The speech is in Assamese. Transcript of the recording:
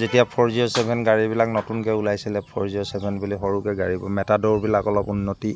যেতিয়া ফ'ৰ জিৰ' ছেভেন গাড়ীবিলাক নতুনকৈ ওলাইছিলে ফ'ৰ জিৰ' ছেভেন বুলি সৰুকৈ গাড়ীবোৰ মেটাদ'ৰবিলাক অলপ উন্নতি